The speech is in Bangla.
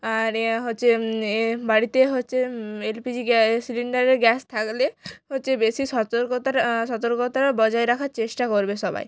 আর এ হচ্ছে এ বাড়িতে হচ্ছে এলপিজি গ্যাস সিলিন্ডারে গ্যাস থাকলে হচ্ছে বেশি সতর্কতা সতর্কতা বজায় রাখার চেষ্টা করবে সবাই